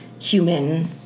human